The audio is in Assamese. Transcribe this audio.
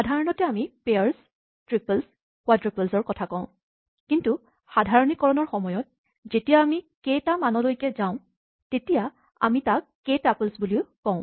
সাধাৰণতে আমি পেয়াৰছ ট্ৰিপল্ছ কোৱাড্ৰাপল্ছৰ কথা কওঁ কিন্তু সাধাৰণীকৰণৰ সময়ত যেতিয়া আমি কে টা মানলৈকে যাওঁ তেতিয়া আমি তাক কে টাপল্ছ বুলি কওঁ